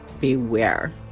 beware